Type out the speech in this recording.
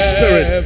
Spirit